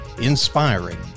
Inspiring